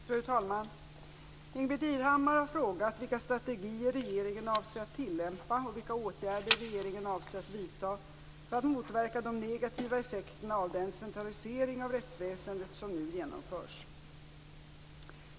Fru talman! Ingbritt Irhammar har frågat vilka strategier regeringen avser att tillämpa och vilka åtgärder regeringen avser att vidta för att motverka de negativa effekterna av den centralisering av rättsväsendet som nu genomförs.